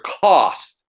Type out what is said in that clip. cost